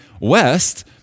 west